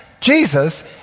Jesus